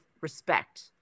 respect